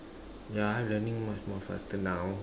ya learning much more faster now